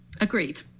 Agreed